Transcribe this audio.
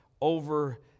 over